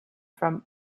from